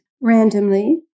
randomly